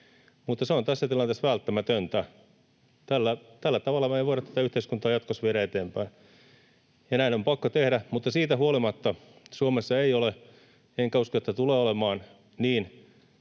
mutta se on tässä tilanteessa välttämätöntä. Tällä tavalla me ei voida tätä yhteiskuntaa jatkossa viedä eteenpäin. Näin on pakko tehdä, mutta siitä huolimatta Suomessa ei ole niin, enkä usko, että tulee olemaan niin,